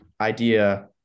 idea